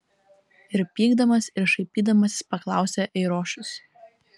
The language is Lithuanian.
ir pykdamas ir šaipydamasis paklausė eirošius